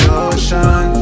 ocean